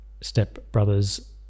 stepbrother's